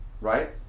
Right